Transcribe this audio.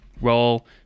roll